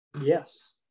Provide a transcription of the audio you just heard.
Yes